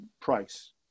price